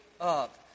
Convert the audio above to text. up